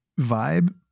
vibe